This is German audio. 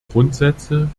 grundsätze